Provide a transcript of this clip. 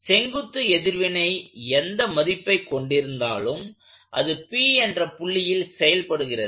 செங்குத்து எதிர்வினை எந்த மதிப்பை கொண்டிருந்தாலும் அது p என்ற புள்ளியில் செயல்படுகிறது